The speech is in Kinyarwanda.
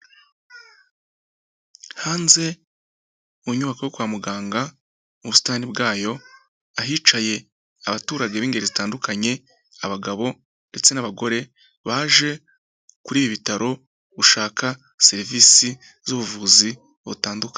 Hanze mu nyubako yo kwa muganga mu busitani bwayo, ahicaye abaturage b'ingeri zitandukanye abagabo ndetse n'abagore, baje kuri ibi bitaro gushaka serivisi z'ubuvuzi butandukanye.